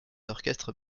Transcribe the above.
orchestres